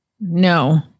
No